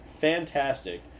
Fantastic